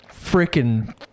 freaking